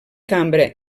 cambra